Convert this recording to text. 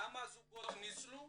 כמה זוגות ניצלו